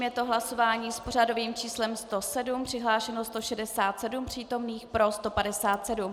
Je to hlasování s pořadovým číslem 107, přihlášeno 167 přítomných, pro 157.